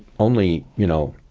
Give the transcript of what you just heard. only, you know,